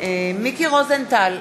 מיקי רוזנטל,